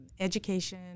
education